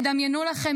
תדמיינו לכם,